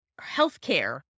healthcare